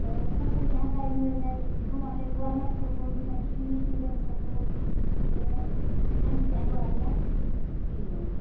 تہٕ سکوٗل تہِ حظ آیہِ نٔے نٔے برٛونٛٹھ ٲسۍ گورمنٹ سکوٗل ونۍکٮ۪ن چھِ اِنٛگلِش میٖڈیَم سکوٗل تہٕ اَمہِ سۭتۍ آیہِ واریاہ چینٛج